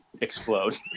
explode